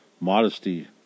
modesty